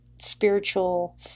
spiritual